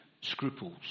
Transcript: scruples